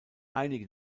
einige